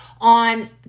on